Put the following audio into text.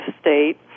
State